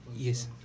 Yes